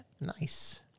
Nice